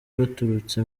baturutse